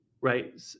Right